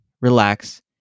relax